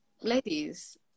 ladies